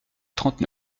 trente